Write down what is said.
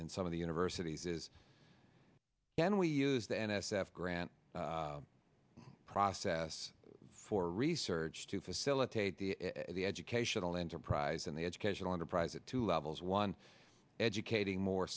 in some of the universities is can we use the n s f grant process for research to facilitate the educational enterprise and the educational enterprise at two levels one educating more